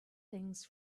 things